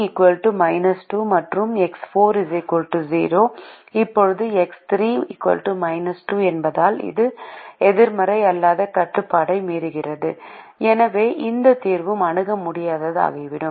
இப்போது எக்ஸ் 3 2 என்பதால் இது எதிர்மறை அல்லாத கட்டுப்பாட்டை மீறுகிறது எனவே இந்த தீர்வும் அணுக முடியாததாகிவிடும்